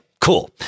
cool